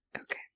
Okay